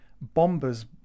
Bomber's